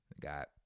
got